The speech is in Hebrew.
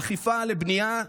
אכיפה לבנייה,